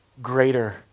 greater